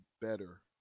better